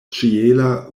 ĉiela